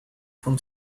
from